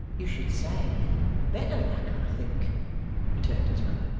you should say better luck, i think returned his mother,